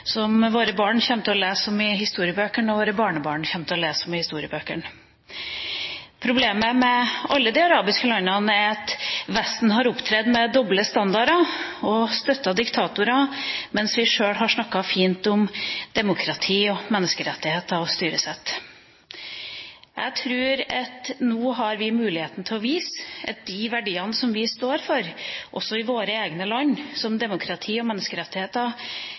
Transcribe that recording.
når det gjelder alle de arabiske landene. Vi har støttet diktatorer mens vi har snakket fint om demokrati, menneskerettigheter og styresett. Jeg tror at vi nå har muligheten til å vise at de verdiene som vi står for i våre egne land, som demokrati og menneskerettigheter,